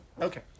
Okay